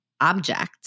object